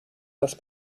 das